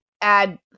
add